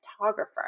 photographer